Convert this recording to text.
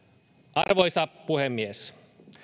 arvoisa puhemies